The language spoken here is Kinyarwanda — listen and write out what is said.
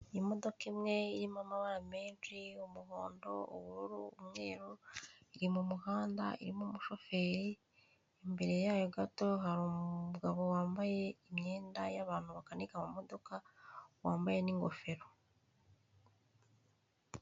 Iyi modoka imwe irimo amabara menshi umuhondo, ubururu, umweru iri mu muhanda irimo umushoferi, imbere yayo gato hari umugabo wambaye imyenda y'abantu bakanika amamodoka wambaye n'ingofero.